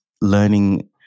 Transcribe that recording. learning